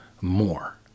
more